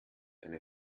eine